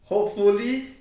hopefully